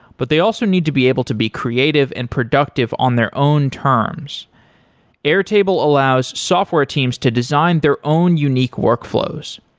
but they also need to be able to be creative and productive on their own terms airtable allows software teams to design their own unique workflows.